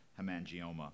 hemangioma